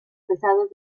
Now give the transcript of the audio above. pesados